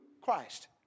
Christ